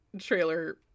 trailer